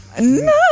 No